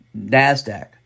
NASDAQ